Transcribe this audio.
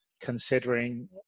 considering